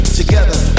together